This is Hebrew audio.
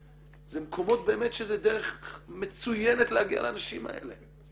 זה מקומות שזו דרך מצוינת להגיע לאנשים האלה,